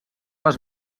les